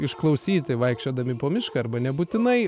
išklausyti vaikščiodami po mišką arba nebūtinai